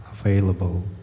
available